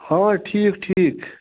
ہاں ٹھیٖک ٹھیٖک